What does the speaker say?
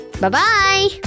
Bye-bye